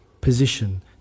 position